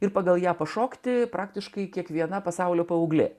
ir pagal ją pašokti praktiškai kiekviena pasaulio paauglė